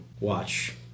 watch